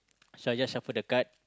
so I just shuffle the card